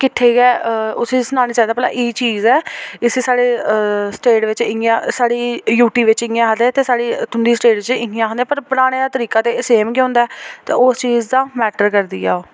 किट्ठे गै उसी सनाना चाहि्दा कि भला एह् चीज़ ऐ इस साढ़े स्टेट बिच इ'यां साढ़ी यू टी बिच इ'यां आखदे ते साढ़ी तुं'दी स्टेट च इ'यां आखदे पर बनाने दा तरीका ते सेम गै होंदा ऐ ते उस चीज़ दा मेटर करदी ऐ ओह्